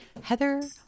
Heather